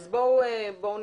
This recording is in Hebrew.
אז בואו נתקדם.